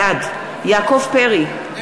בעד יעקב פרי,